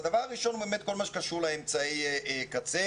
הדבר הראשון הוא כל מה שקשור לאמצעי קצה